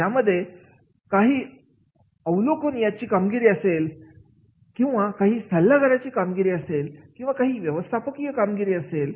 यामध्ये काही अवलोकन याची कामगिरी असेल किंवा काही सल्लागारांची कामगिरी असेल किंवा काही व्यवस्थापकीय कामगिरी असेल